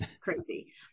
crazy